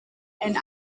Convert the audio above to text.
and